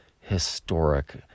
historic